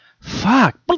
Fuck